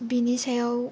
बिनि सायाव